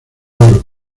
oro